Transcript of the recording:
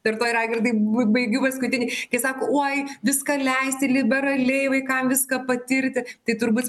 ir tuoj raigardai b baigiu paskutinį kai sako oi viską leisti liberaliai vaikams viską patirti tai turbūt